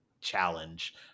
challenge